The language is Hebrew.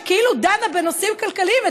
שכאילו דנה בנושאים כלכליים,